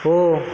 हो